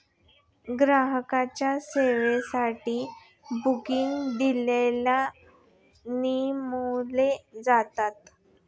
ग्राहकांच्या सेवेसाठी बँकिंग दलाल नेमले जातात